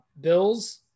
Bills